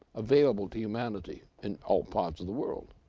available to humanity in all parts of the world.